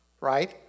right